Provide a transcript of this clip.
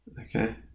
Okay